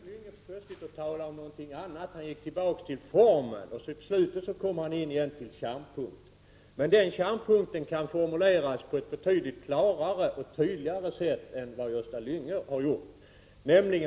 Fru talman! Nu börjar Gösta Lyngå plötsligt tala om någonting annat — han gick tillbaka till formen. Till slut kom han fram till kärnpunkten. Men den kärnpunkten kan formuleras på ett betydligt klarare och tydligare sätt än vad Gösta Lyngå har gjort.